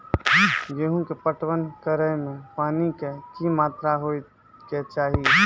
गेहूँ के पटवन करै मे पानी के कि मात्रा होय केचाही?